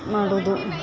ಮಾಡುವುದು